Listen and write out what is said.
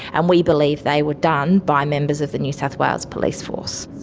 and we believe they were done by members of the new south wales police force.